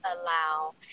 allow